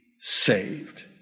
saved